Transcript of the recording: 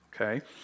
okay